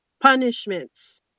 punishments